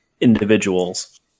individuals